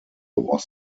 was